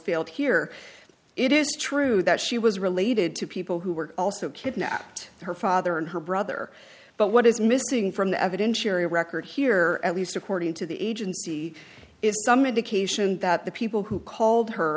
failed here it is true that she was related to people who were also kidnapped her father and her brother but what is missing from the evidentiary record here at least according to the agency is some indication that the people who called her